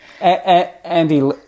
Andy